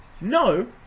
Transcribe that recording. No